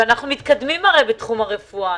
אנחנו מתקדמים בתחום הרפואה,